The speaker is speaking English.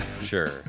Sure